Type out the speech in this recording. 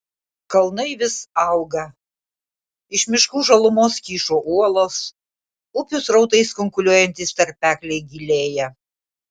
kalnai vis auga iš miškų žalumos kyšo uolos upių srautais kunkuliuojantys tarpekliai gilėja